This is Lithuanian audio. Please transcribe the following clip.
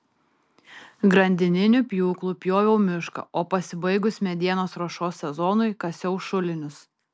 grandininiu pjūklu pjoviau mišką o pasibaigus medienos ruošos sezonui kasiau šulinius